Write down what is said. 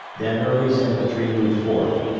then early's infantry moved forth,